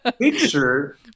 picture